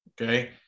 okay